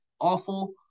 awful